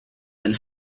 been